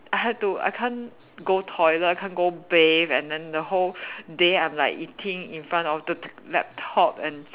I had to I can't go toilet I can't go bathe and then the whole day I'm like eating in front of the t~ laptop and